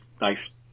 nice